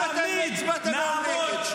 צה"ל זאת הגאווה שלנו.